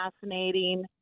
fascinating